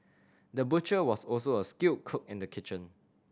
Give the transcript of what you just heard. the butcher was also a skilled cook in the kitchen